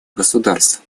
государств